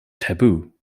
taboo